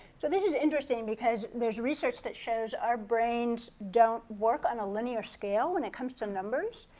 so this is interesting because there's research that shows our brains don't work on a linear scale when it comes to numbers.